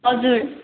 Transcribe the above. हजुर